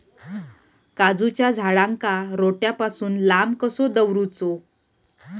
काजूच्या झाडांका रोट्या पासून लांब कसो दवरूचो?